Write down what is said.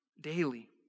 daily